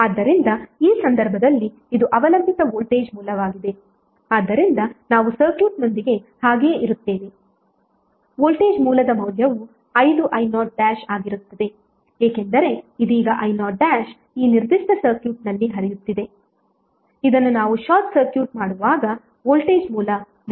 ಆದ್ದರಿಂದ ಈ ಸಂದರ್ಭದಲ್ಲಿ ಇದು ಅವಲಂಬಿತ ವೋಲ್ಟೇಜ್ ಮೂಲವಾಗಿದೆ ಆದ್ದರಿಂದ ನಾವು ಸರ್ಕ್ಯೂಟ್ನೊಂದಿಗೆ ಹಾಗೇ ಇರುತ್ತೇವೆ ವೋಲ್ಟೇಜ್ ಮೂಲದ ಮೌಲ್ಯವು 5i0 ಆಗಿರುತ್ತದೆ ಏಕೆಂದರೆ ಇದೀಗ i0 ಈ ನಿರ್ದಿಷ್ಟ ಸರ್ಕ್ಯೂಟ್ನಲ್ಲಿ ಹರಿಯುತ್ತಿದೆ ಇದನ್ನು ನಾವು ಶಾರ್ಟ್ ಸರ್ಕ್ಯೂಟ್ ಮಾಡುವಾಗ ವೋಲ್ಟೇಜ್ ಮೂಲ ವಿಶ್ಲೇಷಿಸುತ್ತಿದ್ದೇವೆ